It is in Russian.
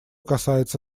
касается